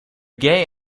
gay